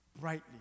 brightly